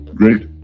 great